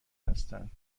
هستند